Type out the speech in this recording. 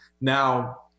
Now